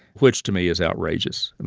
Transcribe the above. which, to me, is outrageous. and